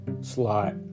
slot